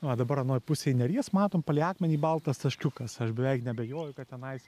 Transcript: va dabar anoj pusėj neries matom palei akmenį baltas taškiukas aš beveik neabejoju kad tenais